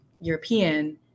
European